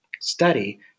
study